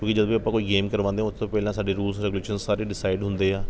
ਕਿਉਂਕਿ ਜਦੋਂ ਵੀ ਆਪਾਂ ਕੋਈ ਗੇਮ ਕਰਵਾਉਦੇ ਹੈ ਉਸ ਤੋਂ ਪਹਿਲਾਂ ਸਾਡੇ ਰੂਲਸ ਰੈਗੁਲੇਸ਼ਨਸ ਸਾਰੇ ਡਿਸਾਇਡ ਹੁੰਦੇ ਆ